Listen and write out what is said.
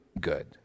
good